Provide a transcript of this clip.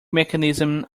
mechanism